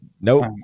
Nope